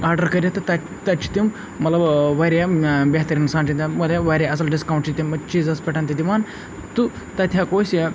order کٔرِتھ تہٕ تَتہِ تَتہِ چھِ تِم مطلب واریاہ ٲں بہتریٖن سان چھِ تِم واریاہ اصٕل ڈِسکاوُنٛٹ چھِ تِم چیٖزَس پٮ۪ٹھ تہِ دِوان تہٕ تَتہِ ہیٚکو أسۍ یہِ